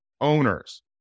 owners